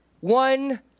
one